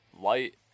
light